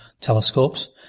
telescopes